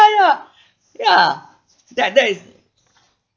ya ya that that is